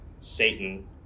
Satan